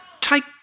take